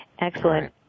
Excellent